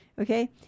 Okay